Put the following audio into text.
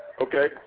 Okay